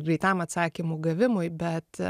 greitam atsakymų gavimui bet